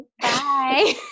Bye